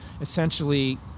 essentially